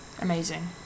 Amazing